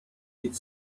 with